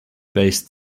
based